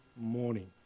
morning